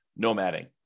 nomading